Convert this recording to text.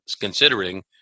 considering